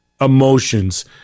emotions